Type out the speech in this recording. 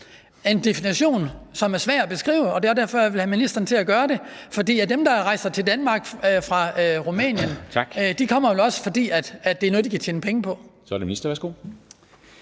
en definition, som er svær at give, og det er også derfor, jeg vil have ministeren til at gøre det, for dem, der rejser til Danmark fra Rumænien, kommer vel også, fordi det er noget, de kan tjene penge på. Kl. 13:53 Formanden